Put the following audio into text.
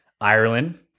Ireland